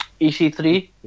EC3